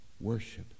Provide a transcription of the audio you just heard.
worship